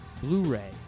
Blu-ray